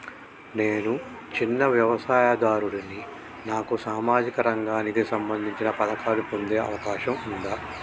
నేను చిన్న వ్యవసాయదారుడిని నాకు సామాజిక రంగానికి సంబంధించిన పథకాలు పొందే అవకాశం ఉందా?